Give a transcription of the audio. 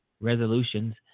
resolutions